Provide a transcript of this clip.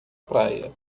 praia